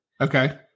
Okay